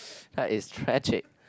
that is tragic